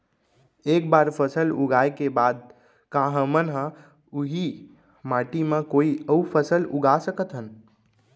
एक बार फसल उगाए के बाद का हमन ह, उही माटी मा कोई अऊ फसल उगा सकथन?